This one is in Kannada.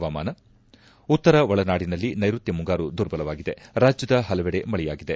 ಹವಾವರ್ತಮಾನ ಉತ್ತರ ಒಳನಾಡಿನಲ್ಲಿ ನೈರುತ್ಯ ಮುಂಗಾರು ದುರ್ಬಲವಾಗಿದೆ ರಾಜ್ಯದ ಹಲವೆಡೆ ಮಳೆಯಾಗಿದೆ